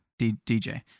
DJ